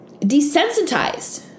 desensitized